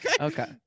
Okay